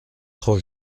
trop